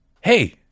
Hey